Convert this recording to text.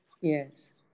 Yes